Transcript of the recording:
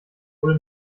wurde